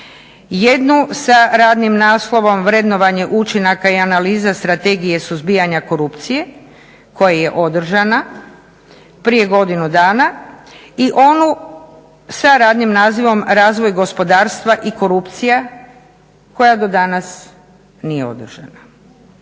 Jednu sa radnim naslovom vrednovanje učinaka i analiza Strategije suzbijanja korupcije koja je održana prije godinu dana i onu sa radnim nazivom – Razvoj gospodarstva i korupcija koja do danas nije održana.